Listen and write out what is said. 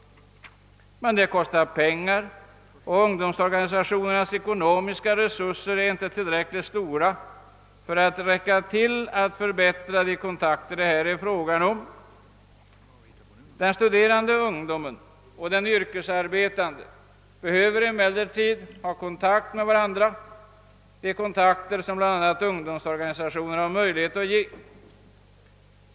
Det kostar dock pengar, och ungdomsorganisationernas ekonomiska resurser räcker inte till för att förbättra dessa förhållanden. Den studerande ungdomen och den yrkesarbetande behöver emellertid hålla sådan kontakt med varandra, som bl.a. ungdomsorganisationerna har möjlighet till.